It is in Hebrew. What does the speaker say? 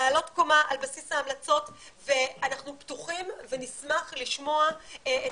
לעלות קומה על בסיס ההמלצות ואנחנו פתוחים ונשמח לשמוע את